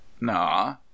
Nah